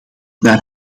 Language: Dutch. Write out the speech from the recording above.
naar